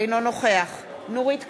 אינו נוכח נורית קורן,